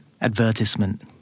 Advertisement